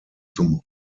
zum